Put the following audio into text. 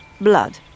blood